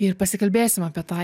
ir pasikalbėsim apie tą